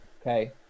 okay